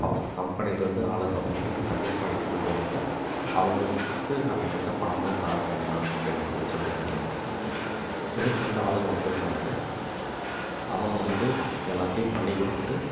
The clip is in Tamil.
அவங்க கம்பெனிலேருந்து ஆளுங்க வந்து சர்வீஸ் பண்ணிட்டு போயிடுவாங்க அவங்களுக்குக்கு நம்ப எந்த பணமும் தர வேண்டாம் அப்படின்ற மாதிரி சொல்லியிருந்தாங்க நேற்று வந்து ஆளுங்க வந்திருந்தாங்க அவங்க வந்து எல்லாத்தையும் பண்ணிக் கொடுத்துட்டு